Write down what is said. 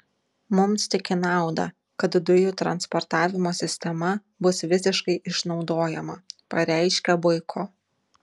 mums tik į naudą kad dujų transportavimo sistema bus visiškai išnaudojama pareiškė boiko